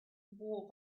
war